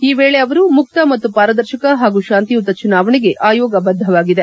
ಈ ವೇಳೆ ಅವರು ಮುಕ್ತ ಮತ್ತು ಪಾರದರ್ಶಕ ಹಾಗೂ ಶಾಂತಿಯುತ ಚುನಾವಣೆಗೆ ಆಯೋಗ ಬದ್ಲವಾಗಿದೆ